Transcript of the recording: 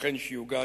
וייתכן שיוגש,